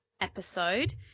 episode